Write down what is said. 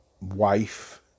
wife